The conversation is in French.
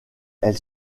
elle